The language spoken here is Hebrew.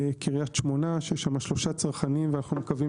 קריית שמונה שיש שם שלושה צרכנים ואנו מקווים